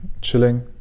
chilling